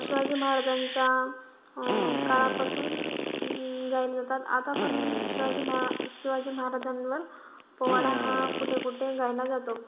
शिवाजी महाराजांच्या काळापासून गायले जातात आता पन शिवाजी महारा शिवाजी महाराजांवर पोवाडा हा कुठे कुठे गायला जातो